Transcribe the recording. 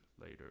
later